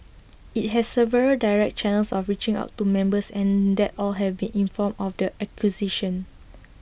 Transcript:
IT has several direct channels of reaching out to members and that all have been informed of the acquisition